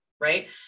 right